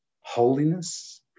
holiness